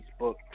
Facebook